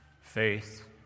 faith